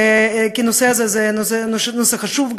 כי הנושא הזה הוא נושא חשוב,